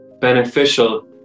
beneficial